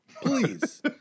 Please